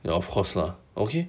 and of course lah okay